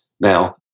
now